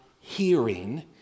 hearing